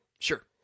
Sure